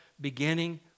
beginning